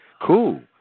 cool